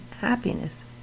happiness